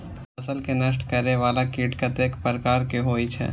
फसल के नष्ट करें वाला कीट कतेक प्रकार के होई छै?